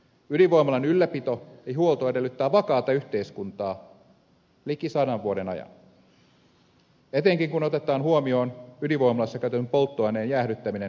ydinvoimalan ylläpito ja huolto edellyttää vakaata yhteiskuntaa liki sadan vuoden ajan etenkin kun otetaan huomioon ydinvoimalassa käytetyn polttoaineen jäähdyttäminen ennen sen loppusijoitusta